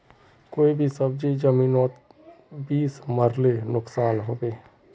कोई भी सब्जी जमिनोत बीस मरले नुकसान होबे?